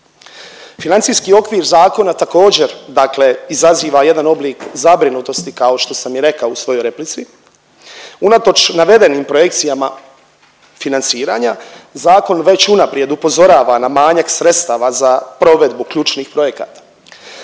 Financijski okvir zakona također, dakle izaziva jedan oblik zabrinutosti kao što sam i rekao u svojoj replici. Unatoč navedenim projekcijama financiranja zakon već unaprijed upozorava na manjak sredstava za provedbu ključnih projekata.